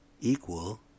equal